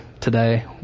today